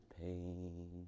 pain